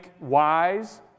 wise